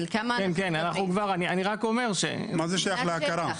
מה זה שייך להכרה?